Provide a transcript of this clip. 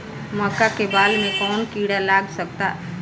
मका के बाल में कवन किड़ा लाग सकता?